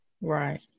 Right